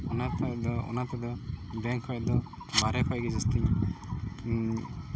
ᱚᱱᱟ ᱛᱮᱜ ᱫᱚ ᱚᱱᱟ ᱛᱮᱫᱚ ᱵᱮᱝᱠ ᱠᱷᱚᱡ ᱫᱚ ᱵᱟᱦᱨᱮ ᱠᱷᱚᱡ ᱜᱮ ᱡᱟᱹᱥᱛᱤ